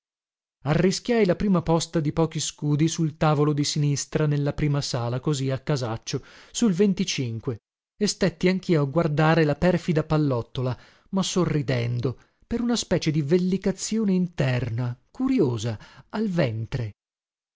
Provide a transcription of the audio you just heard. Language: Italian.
e il colore arrischiai la prima posta di pochi scudi sul tavoliere di sinistra nella prima sala così a casaccio sul venticinque e stetti anchio a guardare la perfida pallottola ma sorridendo per una specie di vellicazione interna curiosa al ventre